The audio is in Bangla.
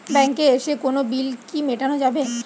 ব্যাংকে এসে কোনো বিল কি মেটানো যাবে?